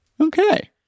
Okay